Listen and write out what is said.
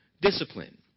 discipline